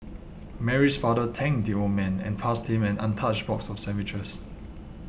Mary's father thanked the old man and passed him an untouched box of sandwiches